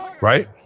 right